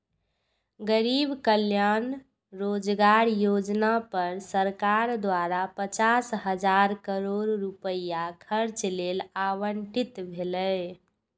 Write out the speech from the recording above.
गरीब कल्याण रोजगार योजना पर सरकार द्वारा पचास हजार करोड़ रुपैया खर्च लेल आवंटित भेलै